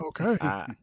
Okay